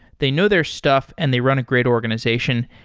they know their stuff and they run a great organization.